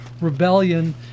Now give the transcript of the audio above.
rebellion